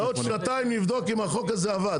וגם בעוד שנתיים נבדוק אם החוק הזה עבד.